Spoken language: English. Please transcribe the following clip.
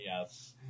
Yes